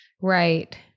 right